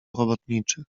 robotniczych